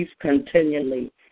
continually